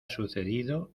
sucedido